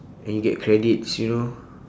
and you get credits you know